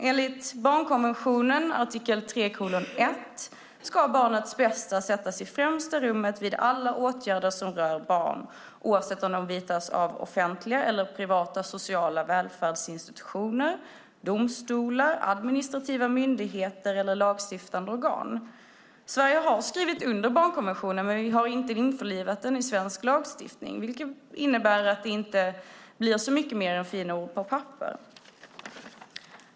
Enligt barnkonventionen, artikel 3:1, ska barnets bästa sättas i främsta rummet vid alla åtgärder som rör barn, oavsett om åtgärderna vidtas av offentliga eller privata sociala välfärdsinstitutioner, domstolar, administrativa myndigheter eller lagstiftande organ. Sverige har skrivit under barnkonventionen, men vi har inte införlivat den i svensk lagstiftning vilket innebär att det inte blir så mycket mer än fina ord på ett papper.